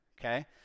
Okay